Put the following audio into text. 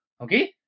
okay